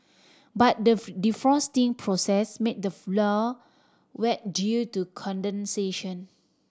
but the defrosting process made the floor wet due to condensation